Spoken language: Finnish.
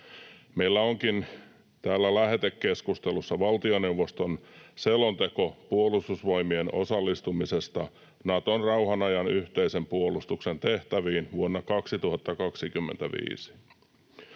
Meillä onkin täällä lähetekeskustelussa valtioneuvoston selonteko Puolustusvoimien osallistumisesta Naton rauhan ajan yhteisen puolustuksen tehtäviin vuonna 2025.